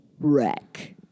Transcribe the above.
wreck